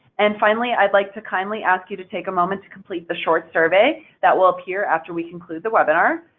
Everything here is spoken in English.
and finally, i'd like to kindly ask you to take a moment to complete the short survey that will appear after we conclude the webinar.